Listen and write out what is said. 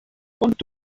und